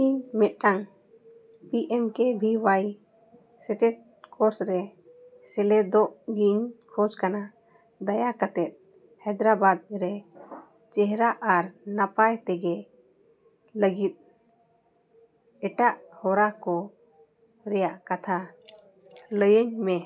ᱤᱧ ᱢᱤᱫᱴᱟᱝ P M K V Y ᱥᱮᱪᱮᱫ ᱠᱳᱨᱥ ᱨᱮ ᱥᱮᱞᱮᱫᱚᱜ ᱜᱤᱧ ᱠᱷᱚᱡᱽ ᱠᱟᱱᱟ ᱫᱟᱭᱟ ᱠᱟᱛᱮᱫ ᱦᱟᱭᱫᱨᱟᱵᱟᱫᱽ ᱨᱮ ᱪᱮᱦᱨᱟ ᱟᱨ ᱱᱟᱯᱟᱭ ᱛᱮᱜᱮ ᱞᱟᱹᱜᱤᱫ ᱮᱴᱟᱜ ᱦᱚᱨᱟ ᱠᱚ ᱨᱮᱭᱟᱜ ᱠᱟᱛᱷᱟ ᱞᱟᱹᱭᱟᱹᱧ ᱢᱮ